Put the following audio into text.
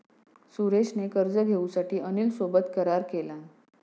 सुरेश ने कर्ज घेऊसाठी अनिल सोबत करार केलान